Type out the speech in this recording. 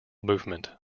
movement